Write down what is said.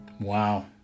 Wow